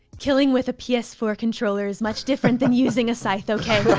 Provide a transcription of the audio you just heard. killing with a p s four controller is much different than using a scythe, okay.